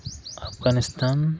Afghanistan